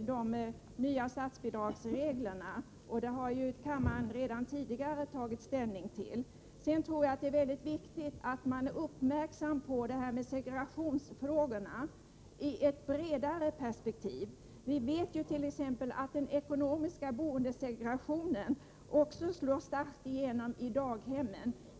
de nya statsbidragsreglerna. Det har kammaren redan tidigare tagit ställning till. Sedan tror jag att det är väldigt viktigt att man är uppmärksam på segregationsfrågorna i ett bredare perspektiv. Vi vet t.ex. att den ekonomiska boendesegregationen också slår starkt igenom i daghemmen.